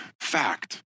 fact